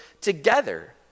together